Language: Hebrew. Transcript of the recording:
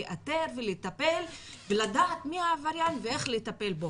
לאתר ולטפל ולדעת מי העבריין ואיך לטפל בו,